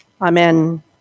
Amen